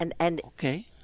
okay